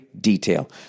detail